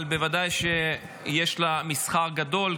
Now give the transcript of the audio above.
אבל בוודאי שיש לה מסחר גדול,